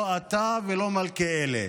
לא אתה ולא מלכיאלי,